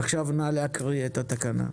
עכשיו נא להקריא את התקנה.